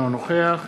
אינו נוכח